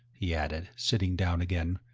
he added, sitting down again.